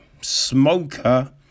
Smoker